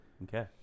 Okay